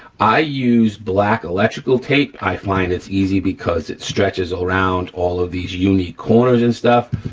i use black electrical tape, i find it's easy because it stretches around all of these unicores and stuff,